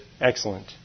excellent